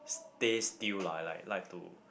stay still lah like to